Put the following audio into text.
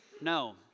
no